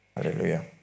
Hallelujah